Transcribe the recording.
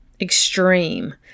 extreme